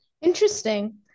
Interesting